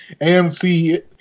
AMC